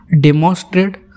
demonstrate